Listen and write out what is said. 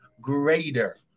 greater